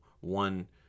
one